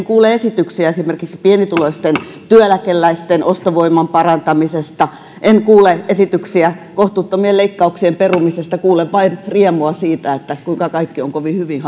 kuule esityksiä esimerkiksi pienituloisten työeläkeläisten ostovoiman parantamisesta en kuule esityksiä kohtuuttomien leikkauksien perumisesta kuulen vain riemua siitä kuinka kaikki on kovin hyvin